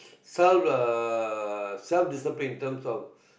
self uh self discipline in terms of